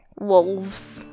wolves